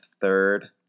Third